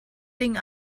ding